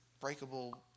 breakable